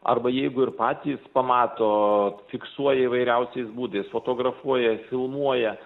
arba jeigu ir patys pamato fiksuoja įvairiausiais būdais fotografuoja filmuoja